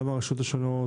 גם את הרשויות השונות,